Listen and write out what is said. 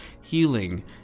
healing